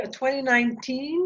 2019